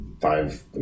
Five